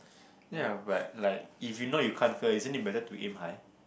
ya but like if you know you can't fail isn't it better to aim high